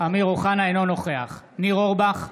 אינו נוכח ניר אורבך,